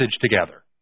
together